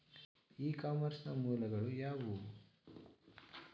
E commerce ನ ಮೂಲಗಳು ಯಾವುವು?